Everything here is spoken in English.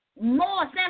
more